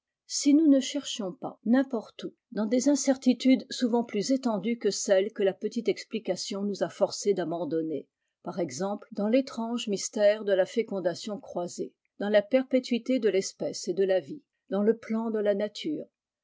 si nous ne cherchions pas n'importe où dans des incertitudes souvent plus étendues que celles que la petite explication nous a forcé d'abandonner par exemple dans l'étrange mystère de la fécondation croisée dans la perpétuité de l'espèce et de la vie dans le plan de la nature